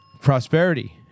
Prosperity